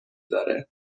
داره